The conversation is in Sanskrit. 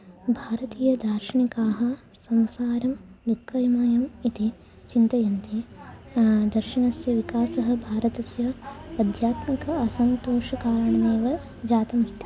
भारतीयदार्शनिकाः संसारं मुक्कयमयम् इति चिन्तयन्ति दर्शनस्य विकासः भारतस्य अध्यात्मिक असन्तोषकारणमेव जातमस्ति